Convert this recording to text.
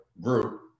group